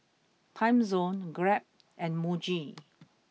Timezone Grab and Muji